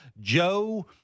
Joe